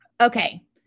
Okay